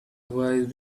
wise